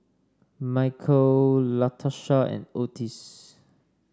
Michal Latarsha and Ottis